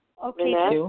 Okay